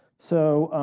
so